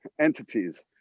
entities